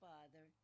Father